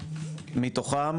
מתוכם